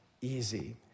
easy